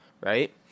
right